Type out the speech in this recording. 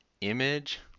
image